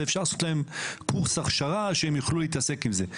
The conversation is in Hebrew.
ואפשר לעשות להם קורס הכשרה כך שהם יוכלו להתעסק בזה,